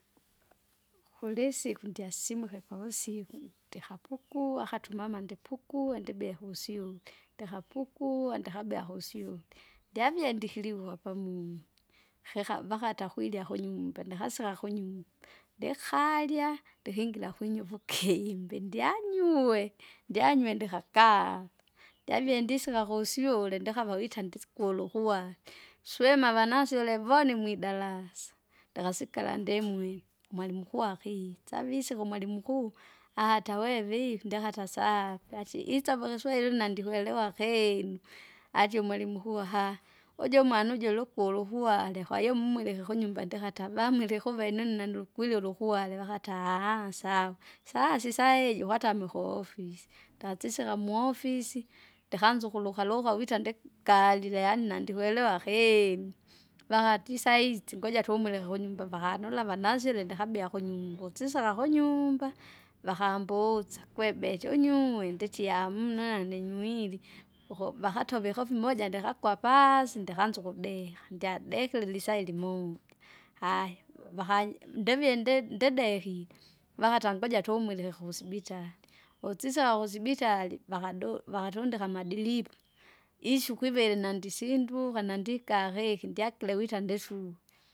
Kulisiku ndyasimuke pavusiku ndihapukuwa akati umama ndipukue ndibie kusyunge, ndikapukue ndikabea kusyunge kusyunge. Ndiabea ndikilikwa pamunyu heha vakata kuilya kunyumba ndiahasea kunyumba, ndikalya ndikingira kunyu ukvukimbi ndianyue, ndianyue ndikaka, ndianyue ndisika kusyule ndikava vita ndisikulu kuwari. Swima avana syule voni mwidarasa, ndikasikera ndimwinye, mwalimu mkuu akitsa avisike umwalimu mkuu, ahata wevi ndakata safya ati isava kaswele lina ndikwelewa akeni, ati umwalimu aha, uju umwana uju ulukulu huale kwahiyo mumwilika kunyumba ndikata vamwilikuvene une nandikwiri ulukuwale vakata aaha! sawa. Sasa isala iji ukwatamike kuofisi ndasise kamuofisi, ndikanza ukulukaluka wita ndi- kalile yaani nandikwelewa akeni. Vakati isaitsi ngoja tumwileke kunyumba vakanula vanasili ndikabia kunyungu sisaka kunyumba, vaka mbuusa, kwebeche unyung'wende ichi hamuna nani- ninywili, uku vakatove kafumoja ndikakwapaasi ndikaanza ukudeha, ndyadikire ilisaa ilimoja. Haya, vaka ndevie nde- nde- ndedekile, vakata ngoja tumwilike kusibitari, utsisawa kusibitari vakado vakatundika amadilipu. Isiku ivili nandisinduka nandikahehi ndyakire wita ndisu.